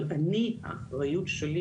אבל אני האחריות שלי,